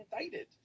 indicted